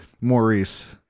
Maurice